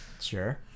Sure